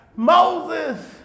Moses